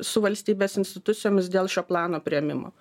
su valstybės institucijomis dėl šio plano priėmimo